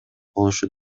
болушу